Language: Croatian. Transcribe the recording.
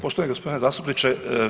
Poštovani g. zastupniče.